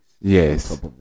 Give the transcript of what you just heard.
Yes